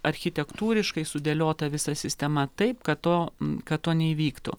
architektūriškai sudėliota visa sistema taip kad to kad to neįvyktų